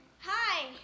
Hi